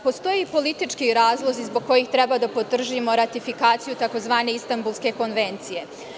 Postoje politički razlozi zbog kojih treba da podržimo ratifikaciju tzv. Istanbulske konvencije.